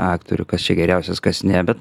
aktorių kas čia geriausias kas ne bet